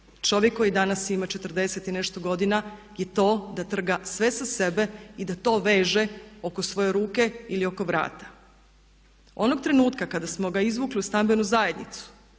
čovjek koji danas ima 40 i nešto godina je to da trga sve sa sebe i da to veže oko svoje ruke ili oko vrata. Onog trenutka kada smo ga izvukli u stambenu zajednicu